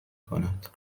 کند